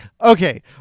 okay